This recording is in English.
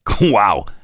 Wow